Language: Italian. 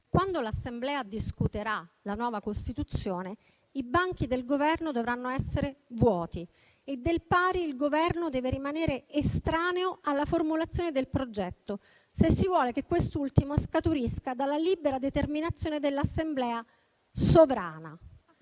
Quando l'Assemblea discuterà la nuova Costituzione, i banchi del Governo dovranno essere vuoti e, del pari, il Governo deve rimanere estraneo alla formulazione del progetto, se si vuole che quest'ultimo scaturisca dalla libera determinazione dell'Assemblea sovrana.